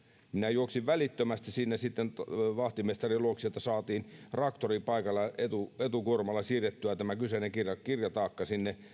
juoksin välittömästi vahtimestarin luokse jotta saatiin traktori paikalle ja etukuormaajalla siirrettyä tämä kyseinen kirjataakka